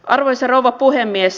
arvoisa rouva puhemies